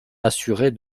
assurer